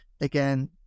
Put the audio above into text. again